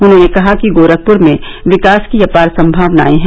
उन्होंने कहा कि गोरखपुर में विकास की अपार सम्भावनाये हैं